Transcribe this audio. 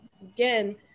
again